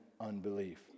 unbelief